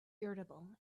irritable